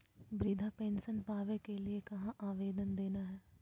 वृद्धा पेंसन पावे के लिए कहा आवेदन देना है?